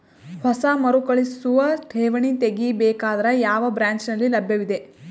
ಹೊಸ ಮರುಕಳಿಸುವ ಠೇವಣಿ ತೇಗಿ ಬೇಕಾದರ ಯಾವ ಬ್ರಾಂಚ್ ನಲ್ಲಿ ಲಭ್ಯವಿದೆ?